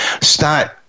Start